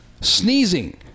sneezing